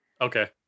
Okay